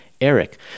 Eric